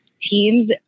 teams